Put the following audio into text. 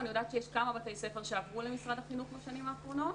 אני יודעת שיש כמה בתי ספר שעברו למשרד החינוך בשנים האחרונות.